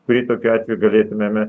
kurį tokiu atveju galėtumėme